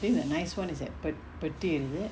I think the nice one is at petir is it